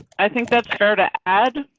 i think that's fair to add.